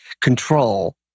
control